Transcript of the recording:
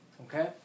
Okay